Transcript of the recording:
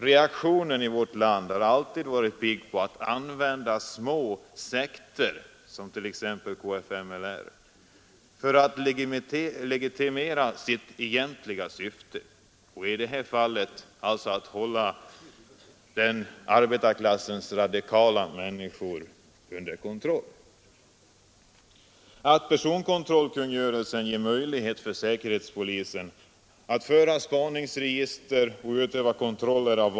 Reaktionen i vårt land har alltid varit pigg på att använda små sekter som kfmli för att legitimera sitt egentliga syfte — i detta fall att hålla arbetarklassens radikala människor under kontroll.